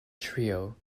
trio